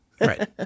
Right